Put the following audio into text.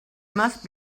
must